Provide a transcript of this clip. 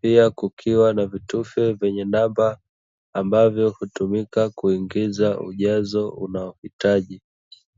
Pia kukiwa na vitufe vyenye namba ambavyo kutumika kuwekeza ujazo unaohitaji.